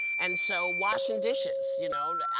and so washing dishes, you know.